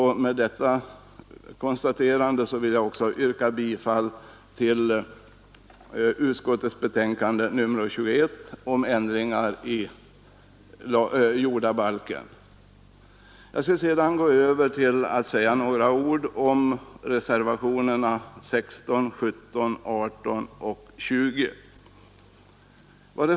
Med detta konstaterande vill jag yrka bifall till utskottets hemställan i betänkandet nr 21 om ändringar i jordabalken. Jag skall sedan övergå till att säga några ord om reservationerna 16, 17, 18 och 20.